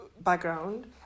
background